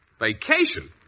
Vacation